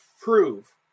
prove